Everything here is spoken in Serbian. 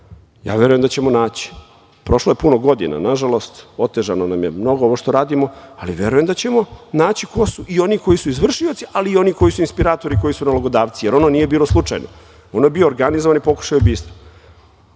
Ja verujem da ćemo naći. Prošlo je puno godina, nažalost, otežano nam je mnogo ovo što radimo, ali verujem da ćemo naći ko su i oni koji su izvršioci, ali i oni koji su inspiratori, koji su nalogodavci, jer ono nije bilo slučajno. Ono je bio organizovani pokušaj ubistva. Sve